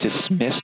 dismissed